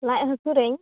ᱞᱟᱡ ᱦᱟᱹᱥᱩᱨᱮ